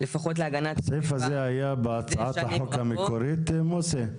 הסעיף הזה היה בהצעת החוק המקורי, מוסי?